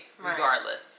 regardless